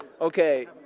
Okay